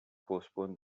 postponed